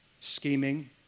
scheming